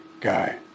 guy